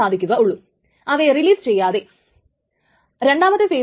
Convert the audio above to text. ആദ്യത്തേത് write timestamp ആണ്